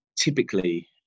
typically